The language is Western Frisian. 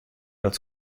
dat